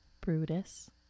Brutus